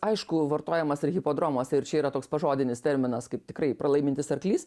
aišku vartojamas ir hipodromuose ir čia yra toks pažodinis terminas kaip tikrai pralaimintis arklys